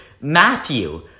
Matthew